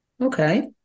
Okay